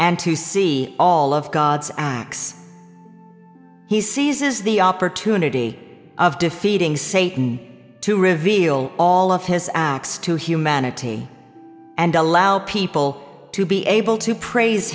and to see all of god's acts he seizes the opportunity of defeating satan to reveal all of his acts to humanity and allow people to be able to praise